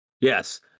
Yes